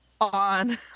on